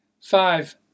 Five